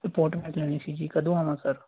report ਮੈਂ ਲੈਣੀ ਸੀ ਜੀ ਕਦੋਂ ਆਵਾਂ ਸਰ